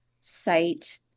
site